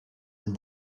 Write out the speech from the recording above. and